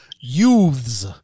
Youths